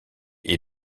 est